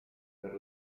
per